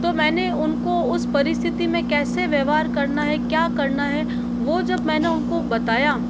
तो मैंने उनको उस परिस्थिति में कैसे व्यवहार करना है क्या करना है वो जब मैं उनको बताया